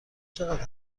چقدر